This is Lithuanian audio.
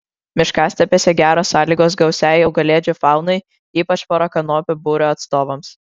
miškastepėse geros sąlygos gausiai augalėdžių faunai ypač porakanopių būrio atstovams